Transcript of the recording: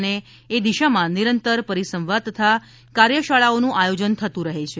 અને એ દિશામાં નિરંતર પરિસંવાદ તથા કાર્યશાળાઓનું આયોજન થતું રહે છે